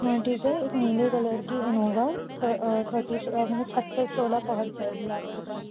हाँ ठीक है एक नीले कलर की इनोवा ठ थर्टिस मल्ल्ब छत्तीस सोलह पहुँच जाएगी आपके पास